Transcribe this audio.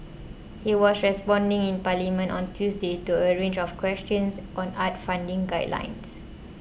he was responding in Parliament on Tuesday to a range of questions on arts funding guidelines